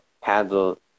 handle